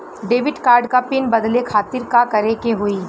Debit card क PIN बदले खातिर का करेके होई?